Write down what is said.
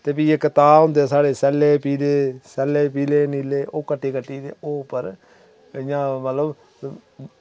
ते फ्ही इक ताह् होंदे साढ़े सैल्ले पीले सैल्ले पीले नील्ले ओह् कट्टी कट्टी ते ओह् उप्पर इं'या मतलब